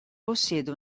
possiede